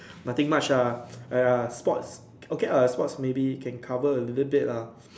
nothing much ah !aiya! sports okay lah sports maybe can cover a little bit lah